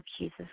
Jesus